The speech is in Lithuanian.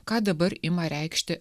ką dabar ima reikšti